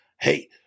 hey